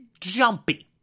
jumpy